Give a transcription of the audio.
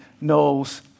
knows